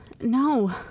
No